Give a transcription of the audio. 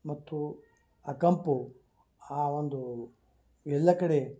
ಮತ್ತು ಆ ಕಂಪು ಆ ಒಂದೂ ಎಲ್ಲ ಕಡೆ